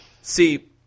See